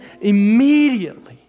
immediately